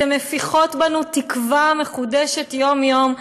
אתן מפיחות בנו תקווה מחודשת יום-יום.